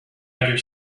other